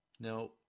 Now